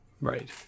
Right